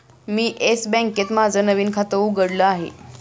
मी Yes बँकेत माझं नवीन खातं उघडलं आहे